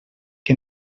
que